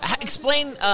Explain